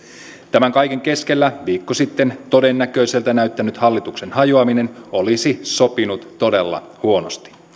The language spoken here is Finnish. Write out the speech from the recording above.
tämän kaiken keskelle viikko sitten todennäköiseltä näyttänyt hallituksen hajoaminen olisi sopinut todella huonosti